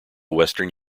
western